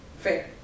fair